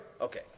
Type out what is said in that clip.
Okay